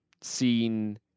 seen